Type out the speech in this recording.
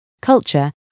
culture